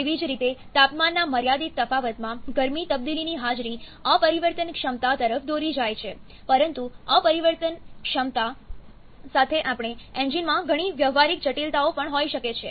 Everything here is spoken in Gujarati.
તેવી જ રીતે તાપમાનના મર્યાદિત તફાવતમાં ગરમી તબદીલીની હાજરી અપરિવર્તનક્ષમતા તરફ દોરી જાય છે પરંતુ અપરિવર્તનક્ષમતા સાથે આપણે એન્જિનમાં ઘણી વ્યવહારિક જટિલતાઓ પણ હોઈ શકે છે